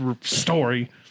story